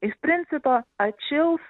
iš principo atšils